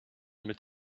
mit